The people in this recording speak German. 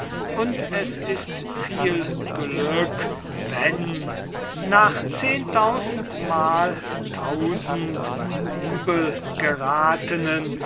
und es ist viel glück wenn nach zehntausendmal tausend